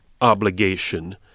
obligation